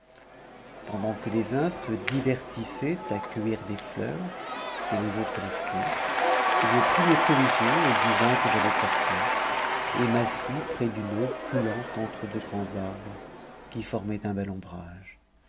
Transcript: pendant que tes uns se divertissaient à cueillir desfleurs et les autres des fruits je pris mes provisions et du vin que j'avais portée et m'assis près d'une eau coulant entre de grands arbres qui formaient un be ombrage